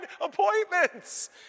appointments